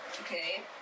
Okay